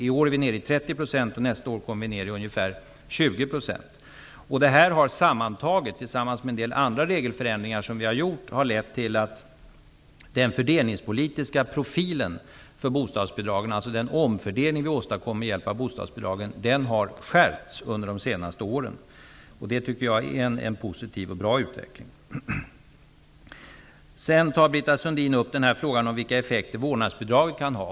I år är vi nere i 30 %. Nästa år kommer vi att vara nere på ungefär 20 %. Tillsammans med en del andra regelförändringar som vi har gjort har det här lett till att den fördelningspolitiska profilen för bostadsbidragen -- den omfördelning vi åstadkom med hjälp med av bostadsbidragen -- har skärpts under de senaste åren. Det tycker jag är en positiv och bra utveckling. Britta Sundin tar också upp frågan om vilka effekter vårdnadsbidraget kan ha.